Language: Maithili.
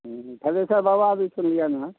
हुँ थनेसर बाबा भी सुनलिअनि हँ